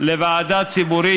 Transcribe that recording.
לוועדה ציבורית,